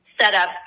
setup